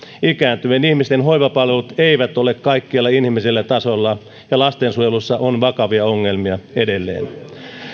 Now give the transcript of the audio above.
ikääntyvien ihmisten hoivapalvelut eivät ole kaikkialla inhimillisellä tasolla ja lastensuojelussa on vakavia ongelmia edelleen